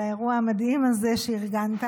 על האירוע המדהים הזה שארגנת.